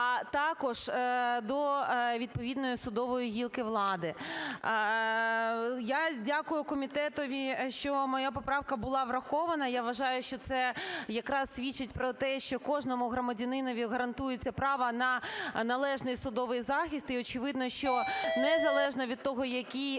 а також до відповідної судової гілки влади. Я дякую комітетові, що моя поправка була врахована. Я вважаю, що це якраз свідчить про те, що кожному громадянинові гарантується право на належний судовий захист, і очевидно, що незалежно від того, який